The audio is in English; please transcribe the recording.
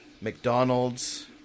McDonald's